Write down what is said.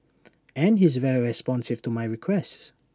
and he's very responsive to my requests